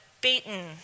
beaten